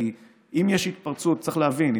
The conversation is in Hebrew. כי צריך להבין,